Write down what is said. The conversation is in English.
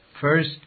First